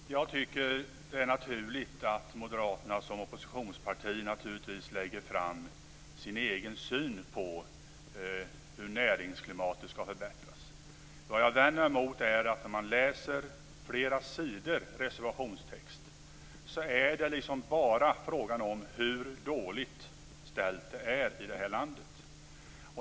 Fru talman! Jag tycker att det är naturligt att Moderaterna, som oppositionsparti, lägger fram sin egen syn på hur näringsklimatet skall förbättras. Jag vänder mig mot att man kan läsa flera sidor med reservationstext där det bara är fråga om hur dåligt ställt det är i det här landet.